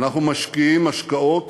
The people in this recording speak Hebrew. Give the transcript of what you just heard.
אנו משקיעים השקעות